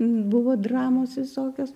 buvo dramos visokios